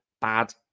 bad